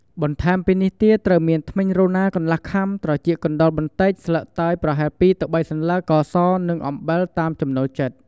បន្ថែមពីនេះទៀត ត្រូវមានធ្មេញរណា កន្លះខាំ, ត្រចៀកកណ្ដុរ បន្តិច, ស្លឹកតើយ ប្រហែល ២ ទៅ ៣ សន្លឹក, ស្ករស និង អំបិល តាមចំណូលចិត្ត។